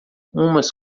umas